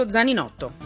Zaninotto